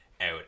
out